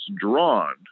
drawn